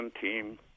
team